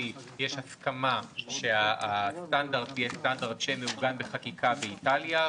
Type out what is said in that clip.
שיש הסכמה שהסטנדרט יהיה סטנדרט שמעוגן בחקיקה באיטליה.